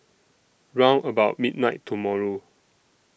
round about midnight tomorrow